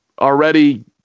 already